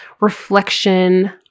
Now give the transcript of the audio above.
reflection